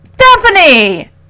Stephanie